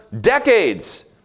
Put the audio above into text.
decades